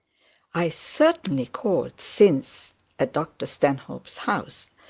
i certainly called since at dr stanhope's house,